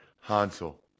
Hansel